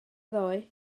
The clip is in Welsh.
ddoe